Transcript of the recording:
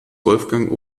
wolfgang